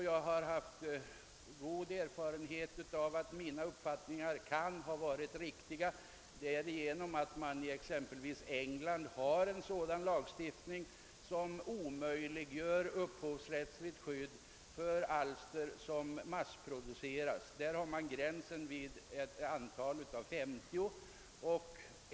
Jag hade gott stöd för denna min uppfattning däri att exempelvis England har en lagstiftning som omöjliggör upphovsrättsligt skydd för alster som massproduceras. Där går gränsen vid ett antal av 50 exemplar.